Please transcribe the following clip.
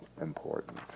important